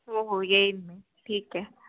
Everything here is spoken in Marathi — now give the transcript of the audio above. हो हो येईन मी ठीक आहे